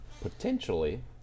Potentially